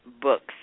books